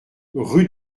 rue